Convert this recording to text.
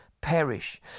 perish